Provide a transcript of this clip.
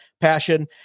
passion